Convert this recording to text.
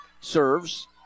serves